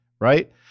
right